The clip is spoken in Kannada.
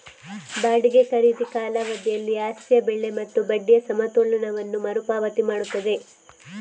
ಬಾಡಿಗೆ ಖರೀದಿ ಕಾಲಾವಧಿಯಲ್ಲಿ ಆಸ್ತಿಯ ಬೆಲೆ ಮತ್ತು ಬಡ್ಡಿಯ ಸಮತೋಲನವನ್ನು ಮರು ಪಾವತಿ ಮಾಡುತ್ತದೆ